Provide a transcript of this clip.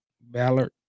Ballard